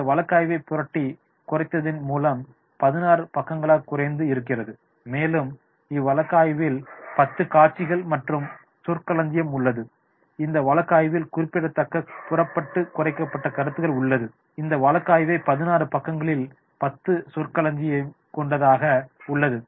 இந்த வழக்காய்வை புரட்டி குறைத்ததின் மூலம் 16 பக்கங்களாக குறைந்து இருக்கிறது மேலும் இவ்வழக்காய்வில் 10 காட்சிகள் மற்றும் சொற்களஞ்சியம் உள்ளது இந்த வழக்காய்வில் குறிப்பிடத்தக்க புரட்டப்பட்டு குறைக்கப்பட்ட சருத்துகள் உள்ளது இந்த வழக்காய்வு 16 பக்கங்களில் 10 சொற்களஞ்சியம் கொண்டதாக உள்ளது